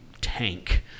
tank